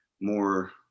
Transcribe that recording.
more